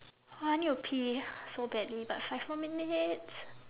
oh I need to pee so badly but five more minutes